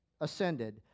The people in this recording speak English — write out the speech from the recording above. ascended